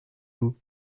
vous